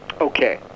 Okay